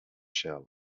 shell